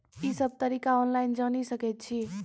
ई सब तरीका ऑनलाइन जानि सकैत छी?